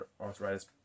arthritis